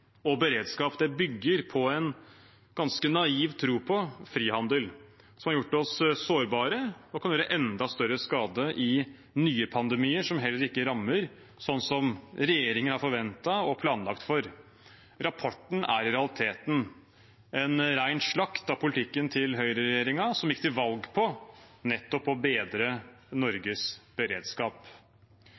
og beredskap bygger på en ganske naiv tro på frihandel, som har gjort oss sårbare og kan gjøre enda større skade i nye pandemier, som heller ikke rammer sånn som regjeringen har forventet og planlagt for. Rapporten er i realiteten en ren slakt av politikken til høyreregjeringen, som gikk til valg på nettopp å bedre Norges beredskap.